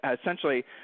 essentially